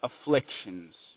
afflictions